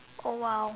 oh !wow!